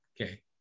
Okay